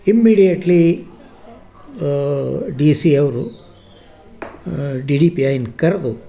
immediately D C ಅವರು D D P ಐನ ಕರೆದು